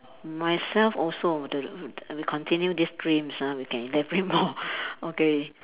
myself also the we continue this dreams ah we can elaborate more okay